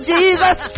Jesus